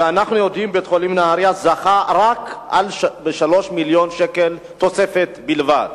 ואנחנו יודעים שבית-החולים בנהרייה זכה רק ב-3 מיליון שקל תוספת בלבד